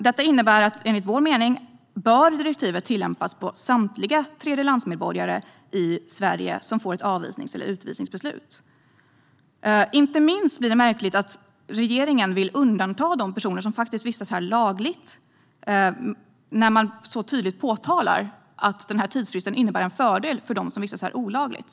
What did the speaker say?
Detta innebär enligt vår mening att direktivet bör tillämpas på samtliga tredjelandsmedborgare i Sverige som får ett avvisnings eller utvisningsbeslut. Inte minst blir det märkligt att regeringen vill undanta de personer som vistas här lagligt och man så tydligt påpekar att tidsfristen innebär en fördel för dem som vistas här olagligt.